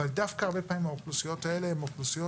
אבל דווקא הרבה פעמים האוכלוסיות הן אוכלוסיות